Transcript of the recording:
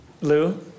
Lou